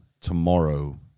tomorrow